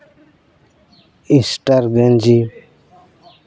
star ᱜᱮᱧᱡᱤ